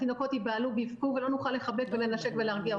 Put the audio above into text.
התינוקות ייבהלו ויבכו ולא נוכל לחבק ולנשק ולהרגיע אותם.